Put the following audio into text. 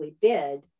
bid